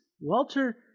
Walter